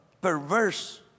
perverse